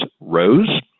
rose